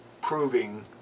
proving